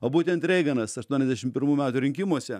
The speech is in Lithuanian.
o būtent reiganas aštuoniasdešim pirmų metų rinkimuose